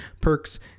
perks